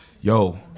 yo